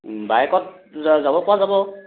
বাইকত যাব পৰা যাব